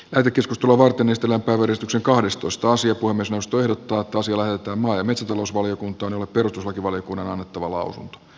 leirikeskus tuo voiton estellä päivystyksen kahdestoista sija kuin jos tuijottaa toisille lähetetään maa ja metsätalousvaliokuntaan jolle perustuslakivaliokunnan on annettava lausunto